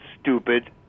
stupid